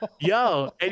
Yo